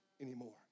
anymore